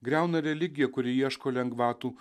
griauna religiją kuri ieško lengvatų